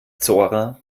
zora